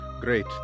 great